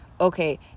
okay